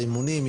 האימונים,